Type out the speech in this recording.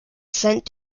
sent